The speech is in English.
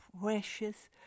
precious